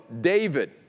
David